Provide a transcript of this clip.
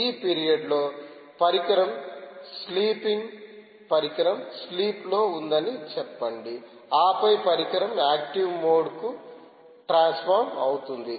ఈ పీరియడ్ లో పరికరం స్లీపింగ్ పరికరం స్లీప్లో ఉందని చెప్పండి ఆపై పరికరం యాక్టివ్ మోడ్కు ట్రాన్సఫామ్ అవుతుంది